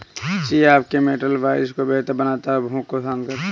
chia आपके metabolism को बेहतर बनाता है और भूख को शांत करता है